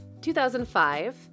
2005